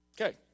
Okay